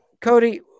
Cody